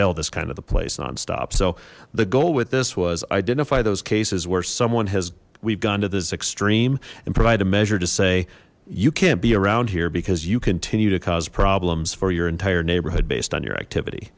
this kind of the place non stop so the goal with this was identify those cases where someone has we've gone to this extreme and provided a measure to say you can't be around here because you continue to cause problems for your entire neighborhood based on your activity